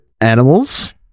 animals